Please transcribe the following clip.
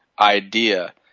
idea